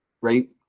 right